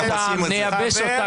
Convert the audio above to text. נייבש אותם.